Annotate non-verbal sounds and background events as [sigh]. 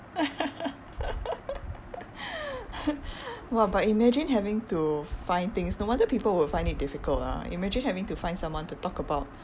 [laughs] !wah! but imagine having to find things no wonder people will find it difficult ah imagine having to find someone to talk about